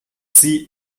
sie